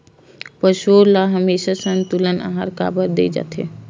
पशुओं ल हमेशा संतुलित आहार काबर दे जाथे?